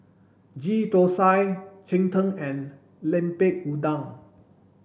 Ghee Thosai Cheng Tng and Lemper Udang